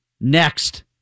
next